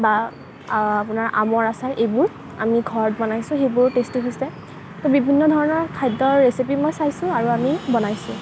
বা আপোনাৰ আমৰ আচাৰ এইবোৰ আমি ঘৰত বনাইছোঁ সেইবোৰ টেষ্টি হৈছে তো বিভিন্ন ধৰণৰ খাদ্য আৰু ৰেচিপি মই চাইছোঁ আৰু আমি বনাইছোঁ